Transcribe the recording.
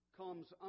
comes